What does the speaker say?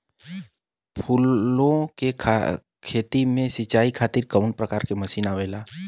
फूलो के खेती में सीचाई खातीर कवन प्रकार के मशीन आवेला?